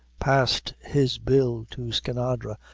passed his bill to skinadre,